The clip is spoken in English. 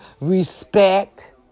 respect